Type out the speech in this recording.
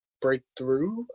breakthrough